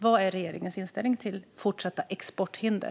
Vad är regeringens inställning till fortsatta exporthinder?